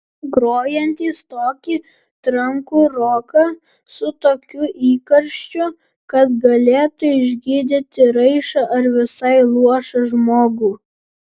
grojantys tokį trankų roką su tokiu įkarščiu kad galėtų išgydyti raišą ar visai luošą žmogų